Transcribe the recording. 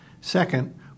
Second